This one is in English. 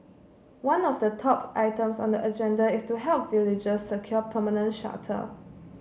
one of the top items on the agenda is to help villagers secure permanent shelter